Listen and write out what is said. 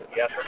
Yes